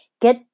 Get